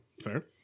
Fair